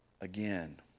again